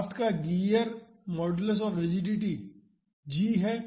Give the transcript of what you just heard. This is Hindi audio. शाफ्ट का shear modulus of rigidity G है